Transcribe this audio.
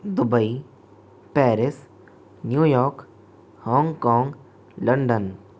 Dubai Paris New York Hong Kong London